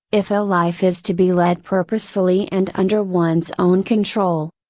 if a life is to be led purposefully and under one's own control.